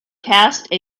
cast